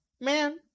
man